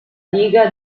diga